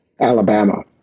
Alabama